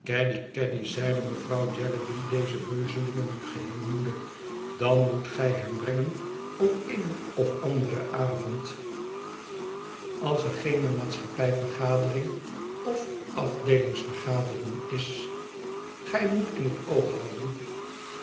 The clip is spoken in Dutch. caddy zeide mevrouw jellyby deze beuzelingen nu geheel moede dan moet gij hem brengen op een of anderen avond als er geene maatschappij vergadering of afdeelings vergadering is gij moet in het oog houden